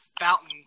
fountain